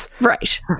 Right